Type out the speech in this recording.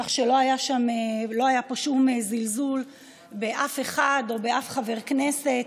כך שלא היה פה שום זלזול באף אחד או באף חבר כנסת.